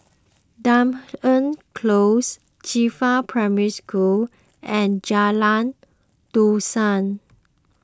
Dunearn Close Qifa Primary School and Jalan Dusan